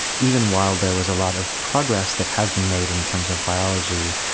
even while there was a lot of progress that has been made in terms of biology,